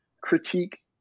critique